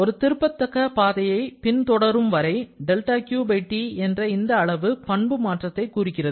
ஒரு திருப்பத்தக்க பாதையை பின் தொடரும் வரை δQT என்ற இந்த அளவு பண்பு மாற்றத்தை குறிக்கிறது